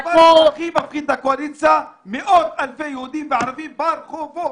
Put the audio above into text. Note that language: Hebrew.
הדבר שהכי מפחיד את הקואליציה זה מאות אלפי יהודים וערבים ברחובות.